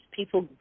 people